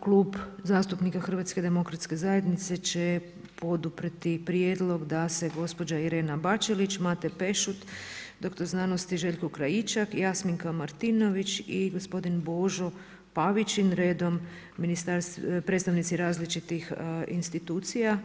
Klub zastupnika HDZ-a će poduprijeti prijedlog da se gospođa Irena Bačelić, Mate Pešut, dr.sc. Željko Krajičak, Jasminka Martinović i gospodo Božo Pavičin, redom predstavnici različitih institucija